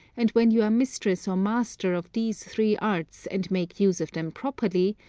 and when you are mistress or master of these three arts and make use of them properly,